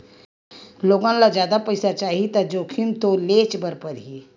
लोगन ल जादा पइसा चाही त जोखिम तो लेयेच बर परही